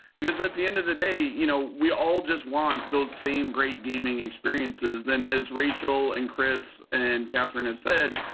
because at the end of the day, you know we all just want those same great gaming experiences. and as rachel and chris and catherine have said,